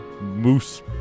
Moose